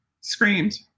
screamed